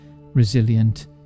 resilient